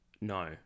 No